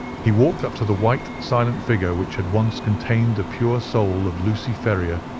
he walked up to the white silent figure which had once contained the pure soul of lucy ferrier.